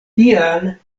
tial